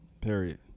Period